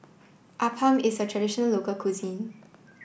Appam is a traditional local cuisine